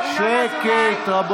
שר ההתנתקות,